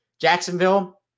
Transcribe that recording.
Jacksonville